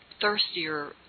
thirstier